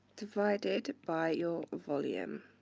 divided by your volume.